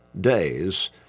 days